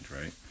Right